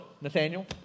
Nathaniel